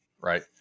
right